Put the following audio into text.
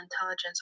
intelligence